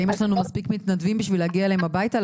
האם יש לנו מספיק מתנדבים בשביל להגיע אליהם הביתה,